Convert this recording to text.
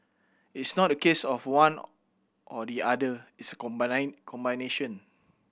it's not a case of one or the other it's a combination